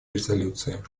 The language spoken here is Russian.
резолюции